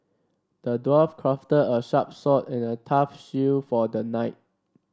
the dwarf crafted a sharp sword and a tough shield for the knight